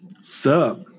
Sup